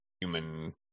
human